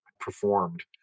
performed